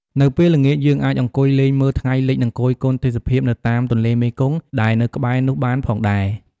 នៅពេលល្ងាចយើងអាចអង្គុយលេងមើលថ្ងៃលិច និងគយគន់ទេសភាពនៅតាមទន្លេមេគង្គ ដែលនៅក្បែរនោះបានផងដែរ ។